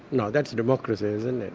now that's democracy, isn't it.